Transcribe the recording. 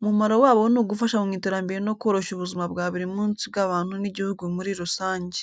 Umumaro wabo ni ugufasha mu iterambere no koroshya ubuzima bwa buri munsi bw’abantu n’igihugu muri rusange.